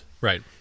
Right